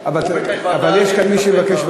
אבל יש כאן מישהו שמבקש,